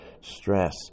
stress